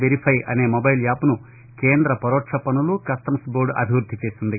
verify అనే mobile యాప్ను కేంద్రద పరోక్ష పన్నులు కస్టమ్స్బోర్డ్ అభివృద్దిచేసింది